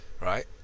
Right